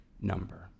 number